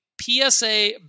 PSA